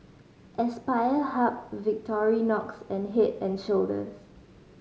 Aspire Hub Victorinox and Head and Shoulders